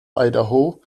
idaho